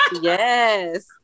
Yes